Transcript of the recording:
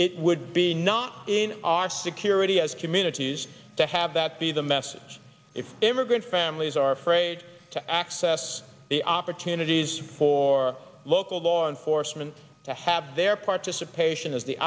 it would be not in our security as communities to have that be the message if ever good families are afraid to access the opportunities for local law enforcement to have their participation as the